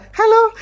hello